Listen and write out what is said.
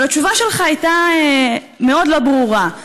אבל התשובה שלך הייתה מאוד לא ברורה.